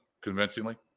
convincingly